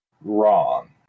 wrong